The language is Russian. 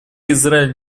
израиль